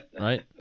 Right